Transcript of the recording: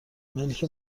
ملک